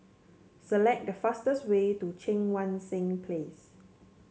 select the fastest way to Cheang Wan Seng Place